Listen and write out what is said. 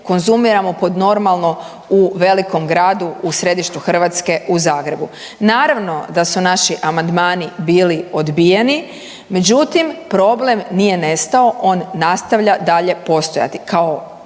konzumiramo pod normalno u velikom gradu u središtu Hrvatske u Zagrebu. Naravno da su naši amandmani bili odbijeni. Međutim, problem nije nestao. On nastavlja dalje postojati.